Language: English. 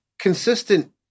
consistent